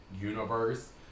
universe